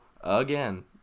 again